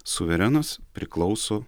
suverenas priklauso